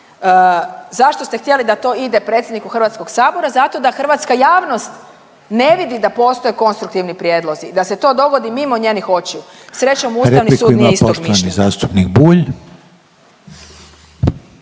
zašto ste htjeli da to ide predsjedniku HS-a, zato da hrvatska javnost ne vidi da postoje konstruktivni prijedlozi, da se to dogodi mimo njenih očiju. Srećom, Ustavni sud nije istog mišljenja.